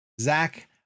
Zach